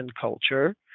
culture